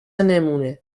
نمونهمن